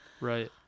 Right